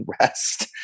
rest